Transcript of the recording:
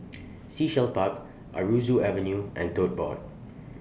Sea Shell Park Aroozoo Avenue and Tote Board